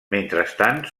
mentrestant